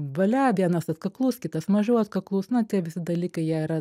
valia vienas atkaklus kitas mažiau atkaklus na tie visi dalykai jie yra